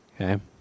okay